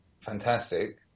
fantastic